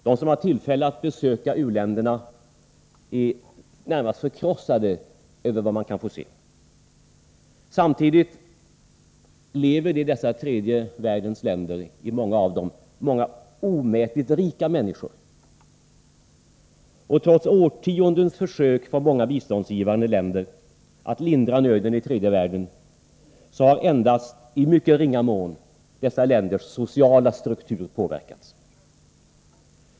De som haft tillfälle att besöka u-länderna är närmast förkrossade över vad man får se. Samtidigt lever i många av dessa tredje världens länder många omätligt rika människor. Trots årtiondens försök från biståndsgivande länder att lindra nöden i tredje världen har endast i mycket ringa mån dessa länders sociala struktur påverkats.